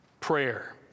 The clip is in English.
prayer